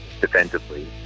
defensively